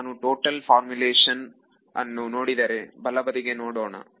ನಾನು total formulation ಅನ್ನು ನೋಡಿದರೆ ಬಲಬದಿಗೆ ನೋಡೋಣ